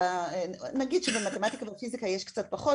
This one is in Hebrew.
נגיד שבמתמטיקה ובפיזיקה יש קצת פחות,